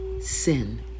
sin